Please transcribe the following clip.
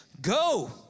Go